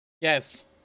Yes